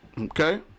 okay